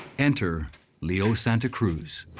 enter leo santa cruz.